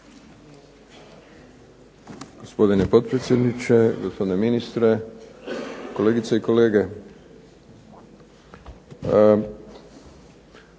Hvala vam